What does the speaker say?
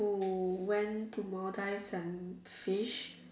who went to Maldives and fish